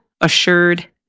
assured